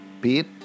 Pete